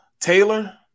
Taylor